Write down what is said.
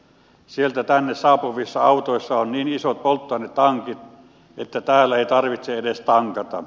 sieltä tänne saapuvissa autoissa on niin isot polttoainetankit että täällä ei tarvitse edes tankata